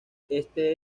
este